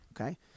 okay